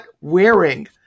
wearing